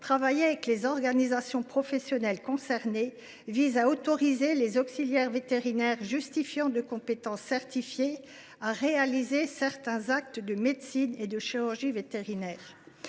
travaillé avec les organisations professionnelles concernées, vise à autoriser les auxiliaires vétérinaires justifiant de compétences certifiées à réaliser certains actes de médecine et de chirurgie vétérinaires.